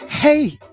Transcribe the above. Hey